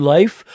Life